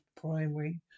primary